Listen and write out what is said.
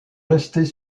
rester